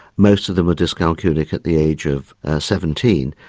most of them were dyscalculic at the age of seventeen,